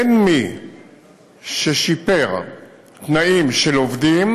אין מי ששיפר תנאים של עובדים,